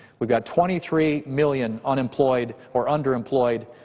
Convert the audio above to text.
we've got twenty three million unemployed or underemployed.